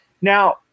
Now